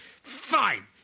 fine